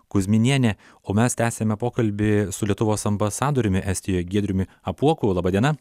kuzminienė o mes tęsiame pokalbį su lietuvos ambasadoriumi estijoj giedriumi apuoku laba diena